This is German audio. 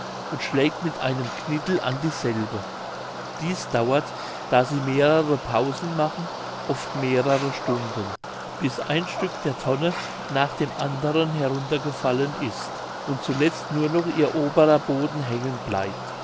und schlägt mit einem knittel an dieselbe dies dauert da sie mehrere pausen machen oft mehrere stunden bis ein stück der tonne nach dem anderen heruntergefallen ist und zuletzt nur noch ihr oberer boden hängen bleibt